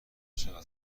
چقدر